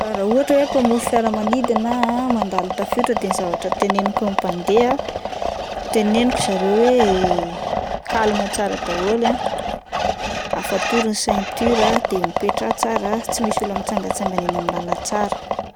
Raha ohatra hoe mpamory fiaramanidina ah, mandalo tafiotra de ny zavatra teneniko an'ny mpandeha ah: teneniko zareo hoe kalma tsara daholo ah, afatory ny centure ah de mipetraha tsara, tsy misy olona mitsangatsangana eny amin'ny lala-tsara.